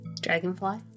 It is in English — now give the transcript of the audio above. dragonfly